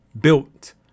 built